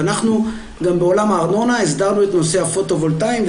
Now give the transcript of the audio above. וגם בעולם הארנונה הסדרנו את נושא הפוטו-וולטאיים.